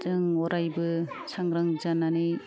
जों अरायबो सांग्रां जानानै